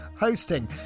hosting